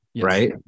right